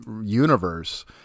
universe